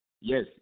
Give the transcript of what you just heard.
yes